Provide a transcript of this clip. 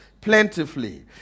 plentifully